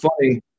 funny